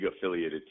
affiliated